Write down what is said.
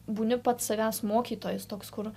būni pats savęs mokytojas toks kur